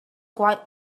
quite